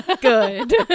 Good